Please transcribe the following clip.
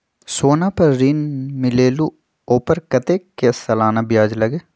सोना पर ऋण मिलेलु ओपर कतेक के सालाना ब्याज लगे?